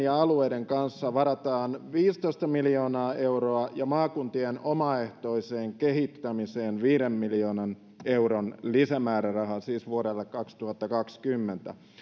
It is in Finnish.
ja alueiden kanssa varataan viisitoista miljoonaa euroa ja maakuntien omaehtoiseen kehittämiseen viiden miljoonan euron lisämääräraha siis vuodelle kaksituhattakaksikymmentä